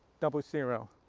double zero.